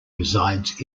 resides